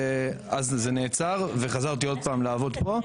זה נעצר וחזרתי עוד פעם לעבוד פה,